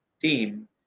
team